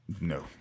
No